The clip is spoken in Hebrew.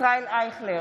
ישראל אייכלר,